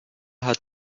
hat